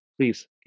please